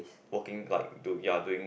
working like to ya doing